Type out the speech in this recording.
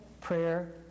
prayer